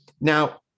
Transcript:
Now